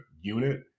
unit